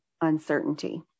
uncertainty